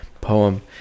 poem